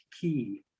key